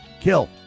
kill